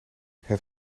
het